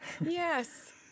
Yes